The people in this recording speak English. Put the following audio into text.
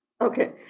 okay